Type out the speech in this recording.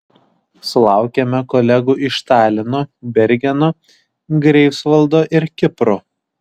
sulaukėme kolegų iš talino bergeno greifsvaldo ir kipro